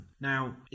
Now